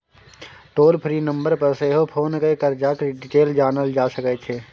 टोल free number पर सेहो phone कए करजाक डिटेल जानल जा सकै छै